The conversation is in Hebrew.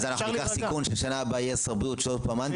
אז אנחנו ניקח שבשנה הבאה יהיה שר בריאות שהוא עוד פעם אנטי?